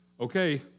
okay